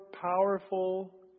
powerful